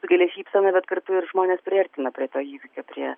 sukelia šypseną bet kartu ir žmones priartina prie įvykio prie